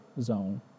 zone